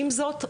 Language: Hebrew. עם זאת,